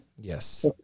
Yes